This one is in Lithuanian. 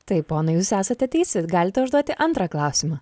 taip ponai jūs esate teisi galite užduoti antrą klausimą